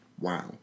Wow